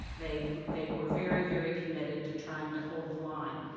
they they were very, very committed to trying to hold the line,